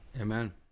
Amen